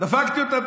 דפקתי אותם,